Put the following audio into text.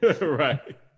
Right